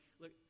look